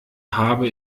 habe